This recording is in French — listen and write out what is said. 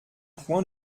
point